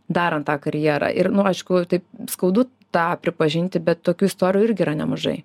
darant tą karjerą ir nu aišku taip skaudu tą pripažinti bet tokių istorijų irgi yra nemažai